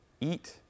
eat